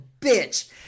bitch